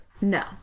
No